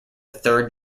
third